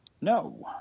No